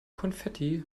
konfetti